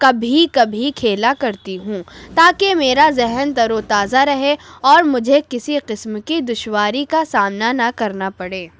کبھی کبھی کھیلا کرتی ہوں تاکہ میرا ذہن تر و تازہ رہے اور مجھے کسی قسم کی دشواری کا سامنا نہ کرنا پڑے